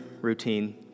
routine